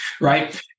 Right